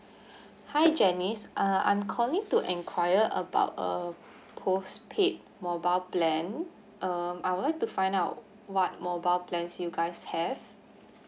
hi janice uh I'm calling to enquire about a postpaid mobile plan um I would like to find out what mobile plans you guys have